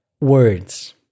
Words